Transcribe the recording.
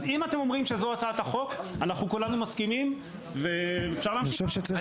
אז אם אתם אומרים שזו הצעת החוק כולנו מסכימים ואפשר להמשיך הלאה.